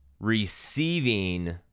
receiving